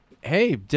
Hey